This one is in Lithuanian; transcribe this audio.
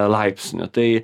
laipsniu tai